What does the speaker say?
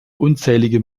unzählige